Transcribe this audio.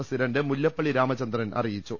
president Mullappally Ramachandran അറിയിച്ചു